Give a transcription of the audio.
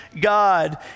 God